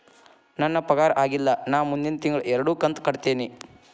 ನನ್ನ ಪಗಾರ ಆಗಿಲ್ಲ ನಾ ಮುಂದಿನ ತಿಂಗಳ ಎರಡು ಕಂತ್ ಕಟ್ಟತೇನಿ